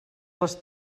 les